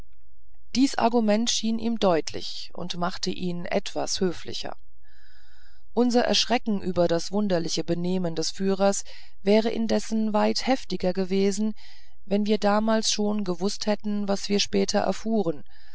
dies argument schien ihm deutlich und machte ihn etwas höflicher unser erschrecken über das wunderliche benehmen des führers wäre indessen weit heftiger gewesen wenn wir damals schon gewußt hätten was wir später erfuhren